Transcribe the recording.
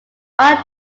aunt